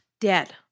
dead